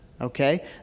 Okay